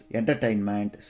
entertainment